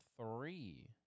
three